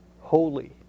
holy